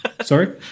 Sorry